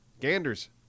ganders